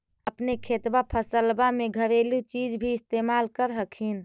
अपने खेतबा फसल्बा मे घरेलू चीज भी इस्तेमल कर हखिन?